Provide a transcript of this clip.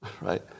right